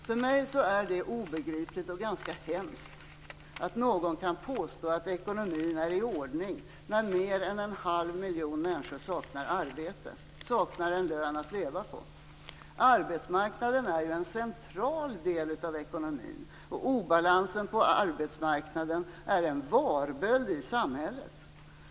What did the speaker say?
För mig är det obegripligt och ganska hemskt att någon kan påstå att ekonomin är i ordning när mer än en halv miljon människor saknar arbete, saknar en lön att leva på. Arbetsmarknaden är en central del av ekonomin, och obalansen på arbetsmarknaden är en varböld i samhället.